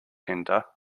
hinder